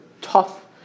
tough